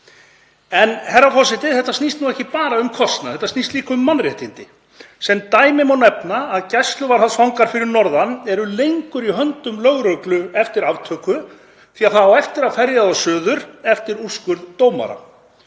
En, herra forseti, þetta snýst ekki bara um kostnað, þetta snýst líka um mannréttindi. Sem dæmi má nefna að gæsluvarðhaldsfangar fyrir norðan eru lengur í höndum lögreglu eftir handtöku því að það á eftir að ferja þá suður eftir úrskurð dómara